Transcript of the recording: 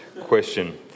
question